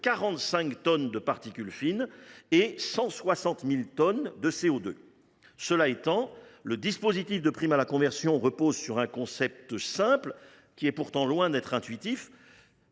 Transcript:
45 tonnes de particules fines et de 160 000 tonnes de CO2. Le dispositif de prime à la conversion repose sur un concept simple, mais loin d’être intuitif,